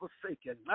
forsaken